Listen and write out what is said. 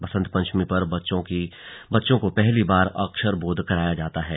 बसंत पंचमी पर बच्चों को पहली बार अक्षर बोध कराया जाता है